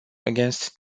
against